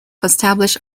established